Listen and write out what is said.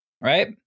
right